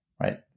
right